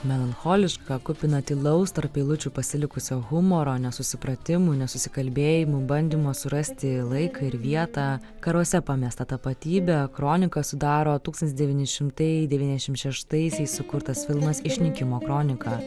melancholiška kupina tylaus tarp eilučių pasilikusio humoro nesusipratimų nesusikalbėjimų bandymo surasti laiką ir vietą karuose pamestą tapatybę kroniką sudaro tūkstantis devyni šimtai devyniasdešim šeštaisiais sukurtas filmas išnykimo kronika